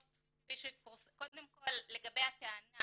קודם כל לגבי הטענה